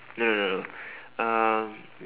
no no no no um